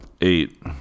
Eight